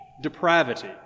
depravity